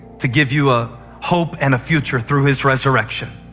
to give you a hope and a future through his resurrection.